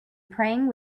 praying